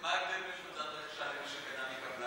מה ההבדל בין קבוצת רכישה לבין מי שקנה מקבלן,